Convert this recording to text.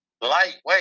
lightweight